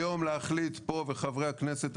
היום להחליט פה וחברי הכנסת,